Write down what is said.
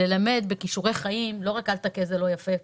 איך אנחנו מלמדים בכישורי חיים לא רק "אל תכה זה לא יפה",